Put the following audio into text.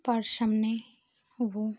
purse हमने वो